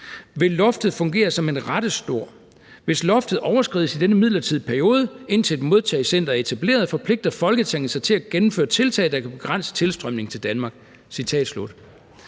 »vil loftet fungere som en rettesnor. Hvis loftet overskrides i denne midlertidige periode, indtil et modtagecenter er etableret, forpligter Folketinget sig til at gennemføre tiltag, der kan begrænse tilstrømningen til Danmark.«